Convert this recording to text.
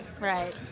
Right